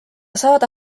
saada